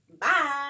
Bye